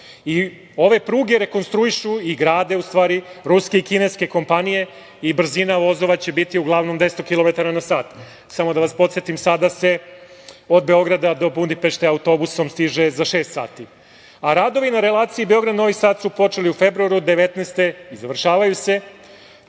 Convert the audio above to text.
Ove pruge rekonstruišu i grade u stvari ruske i kineske kompanije i brzina vozova će biti uglavnom 200 kilometara na sat. Samo da vas podsetim, sada se od Beograda do Budimpešte autobusom stiže za šest sati. Radovi na relaciji Beograd-Novi Sad su počeli u februaru 2019. godine i završavaju se